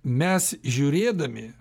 mes žiūrėdami